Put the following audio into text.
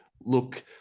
look